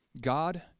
God